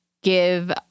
give